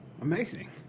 Amazing